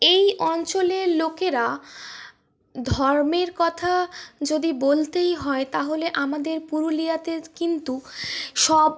এই অঞ্চলের লোকেরা ধর্মের কথা যদি বলতেই হয় তাহলে আমাদের পুরুলিয়াতে কিন্তু সব